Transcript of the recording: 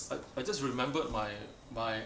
I I just remembered my my